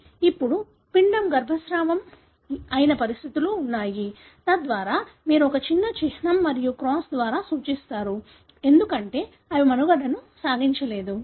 ఇప్పుడు పిండం గర్భస్రావం లేదా గర్భస్రావం అయిన పరిస్థితులు ఉన్నాయి తద్వారా మీరు ఒక చిన్న చిహ్నం మరియు క్రాస్ ద్వారా సూచిస్తారు ఎందుకంటే అవి మనుగడ సాగించలేదు